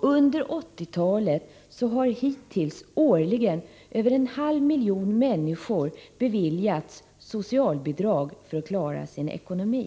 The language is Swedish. Under 1980-talet har hittills årligen över en halv miljon människor beviljats socialbidrag för att klara sin ekonomi.